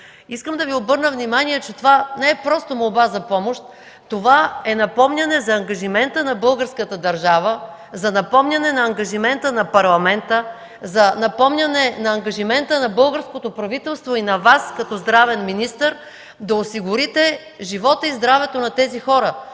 Искам да Ви обърна внимание, че това не е просто молба за помощ. Това е напомняне за ангажимента на българската държава, за напомняне на ангажимента на Парламента, за напомняне ангажимента на българското правителство и на Вас като здравен министър – да осигурите живота и здравето на тези хора,